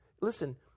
listen